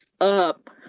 up